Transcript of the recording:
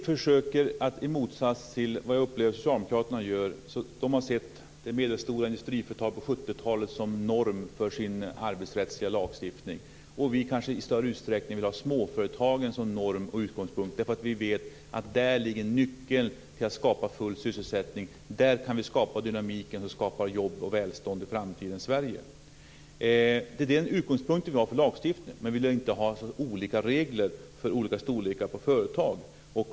Fru talman! Jag upplever att Socialdemokraterna har sett de medelstora industriföretagen på 70-talet som norm för sin arbetsrättsliga lagstiftning. Vi vill kanske i större utsträckning ha småföretagen som norm och utgångspunkt. Vi vet nämligen att där finns nyckeln till att skapa full sysselsättning - där kan vi skapa dynamik och där kan vi skapa jobb och välstånd i framtidens Sverige. Det är den utgångspunkt som vi har för lagstiftningen men vi vill inte ha så olika regler för olika storlekar på företag.